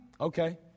Okay